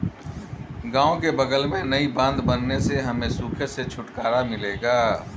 गांव के बगल में नई बांध बनने से हमें सूखे से छुटकारा मिलेगा